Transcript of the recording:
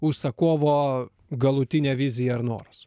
užsakovo galutinė vizija ar noras